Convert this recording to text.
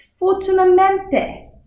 Fortunamente